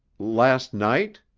last night?